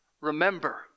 remember